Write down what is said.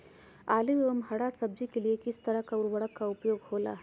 आलू एवं हरा सब्जी के लिए किस तरह का उर्वरक का उपयोग होला?